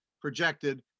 projected